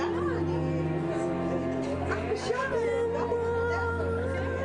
מתמודדים בסיטואציה מאוד מאוד מאוד מאתגרת.